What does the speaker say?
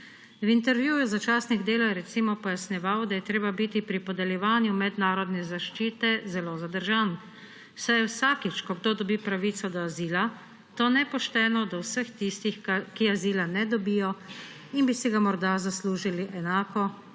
V intervjuju za časnik Delo je recimo pojasnjeval, da je treba biti pri podeljevanju mednarodne zaščite zelo zadržan, saj je vsakič, ko kdo dobi pravico do azila, to nepošteno do vseh tistih, ki azila ne dobijo in bi si ga morda zaslužili enako